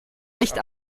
nicht